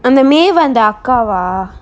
அந்த:antha may வந்த அக்காவா:vantha akkava